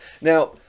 Now